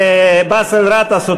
ובאסל גטאס,